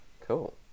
Cool